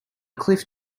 cliff